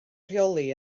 rheoli